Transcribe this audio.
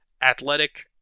athletic